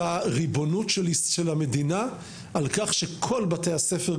הריבונות של המדינה על כך שכל בתי הספר,